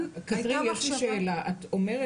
תיכף נעבור על החלוקה של הטבלה,